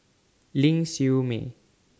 Ling Siew May